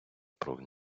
про